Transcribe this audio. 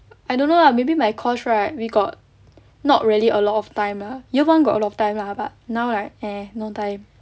I don't know lah maybe my course right we got not really a lot of time lah year one got a lot of time lah but now like eh no time